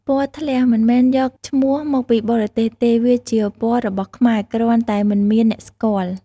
ពណ៌ធ្លះ មិនមែនយកឈ្មោះមកពីបរទេសទេ វាជាពណ៌របស់ខ្មែរ គ្រាន់តែមិនមានអ្នកស្គាល់។